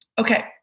Okay